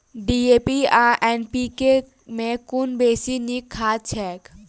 DAP आ NPK मे कुन बेसी नीक खाद छैक?